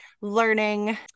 learning